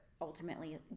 ultimately